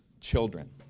children